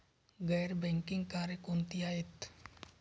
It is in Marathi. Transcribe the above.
गैर बँकिंग कार्य कोणती आहेत?